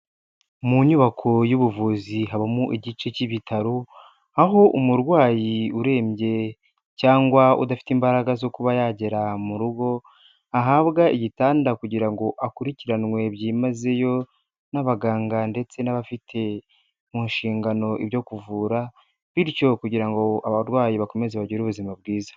Mu nyubako y'ubuvuzi habamo igice cy'ibitaro, aho umurwayi urembye cyangwa udafite imbaraga zo kuba yagera mu rugo, ahabwa igitanda kugira ngo akurikiranwe byimazeyo n'abaganga ndetse n'abafite mu nshingano ibyo kuvura, bityo kugira ngo abarwayi bakomeze bagire ubuzima bwiza.